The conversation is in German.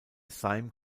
sejm